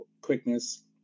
quickness